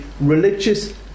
religious